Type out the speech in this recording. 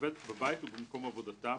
בבית ובמקום עבודתם,